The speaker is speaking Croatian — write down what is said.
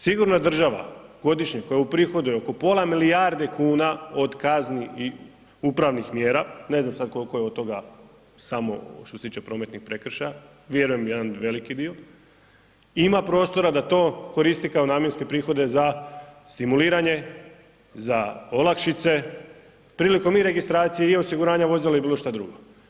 Sigurna država godišnje koja uprihoduje oko pola milijarde kuna od kazni i upravnih mjera, ne znam sad koliko je od toga samo što se tiče prometnih prekršaja, vjerujem jedan veliki dio i ima prostora da to koristi kao namjenske prihode za stimuliranje, za olakšice prilikom i registracije i osiguranja vozila ili bilo što drugo.